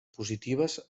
positives